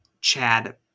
chad